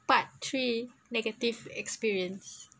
part three negative experience